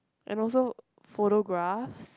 and also photographs